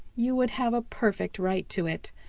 you would have a perfect right to it.